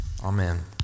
Amen